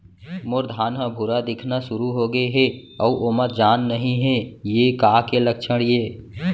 मोर धान ह भूरा दिखना शुरू होगे हे अऊ ओमा जान नही हे ये का के लक्षण ये?